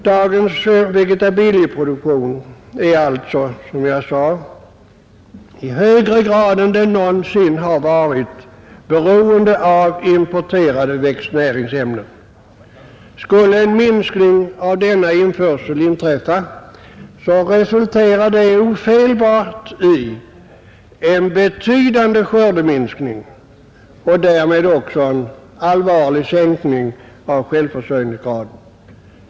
Dagens vegetabilieproduktion är, som jag sade, i högre grad än den någonsin har varit, beroende av importerade växtnäringsämnen. Skulle denna införsel minska, resulterar det ofelbart i en betydande skördeminskning och därmed också en allvarlig sänkning av självförsörjningsgraden.